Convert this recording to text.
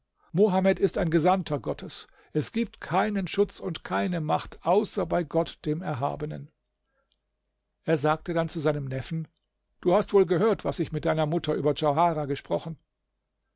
mohammed ist ein gesandter gottes es gibt keinen schutz und keine macht außer bei gott dem erhabenen er sagte dann zu seinem neffen du hast wohl gehört was ich mit deiner mutter über djauharah gesprochen